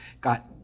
got